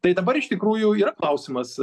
tai dabar iš tikrųjų yra klausimas